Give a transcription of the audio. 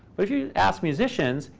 but if you ask musicians,